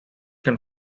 can